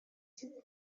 چیزی